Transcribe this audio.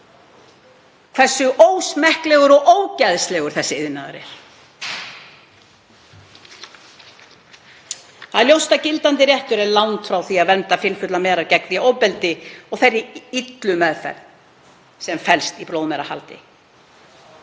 hversu ósmekklegur og ógeðslegur þessi iðnaður er. Það er ljóst að gildandi réttur er langt frá því að vernda fylfullar merar gegn því ofbeldi og þeirri illu meðferð sem felst í blóðmerahaldi.